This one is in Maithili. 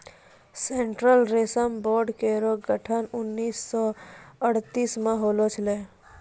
सेंट्रल रेशम बोर्ड केरो गठन उन्नीस सौ अड़तालीस म होलो छलै